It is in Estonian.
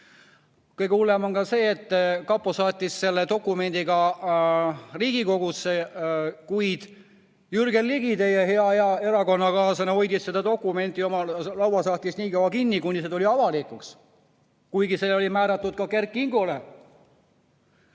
Kõige hullem on see, et kapo saatis selle dokumendi ka Riigikogusse, kuid Jürgen Ligi, teie hea erakonnakaaslane, hoidis seda dokumenti oma lauasahtlis nii kaua kinni, kuni see avalikuks tuli, kuigi see oli määratud ka Kert Kingole.